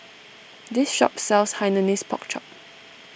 this shop sells Hainanese Pork Chop